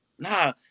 Nah